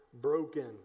broken